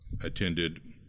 attended